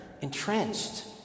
entrenched